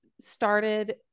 started